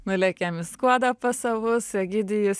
nulekiam į skuodą pas savus egidijus